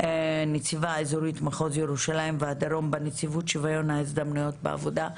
נציבה אזורית מחוז ירושלים והדרום בנציבות שוויון ההזדמנות בעבודה,